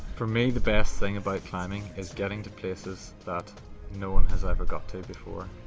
for me the best thing about climbing is getting to places that no one has ever got to before.